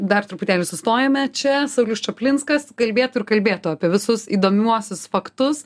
dar truputėlį sustojame čia saulius čaplinskas kalbėtų ir kalbėtų apie visus įdomiuosius faktus